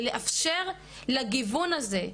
ולאפשר לגיוון הזה,